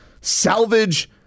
salvage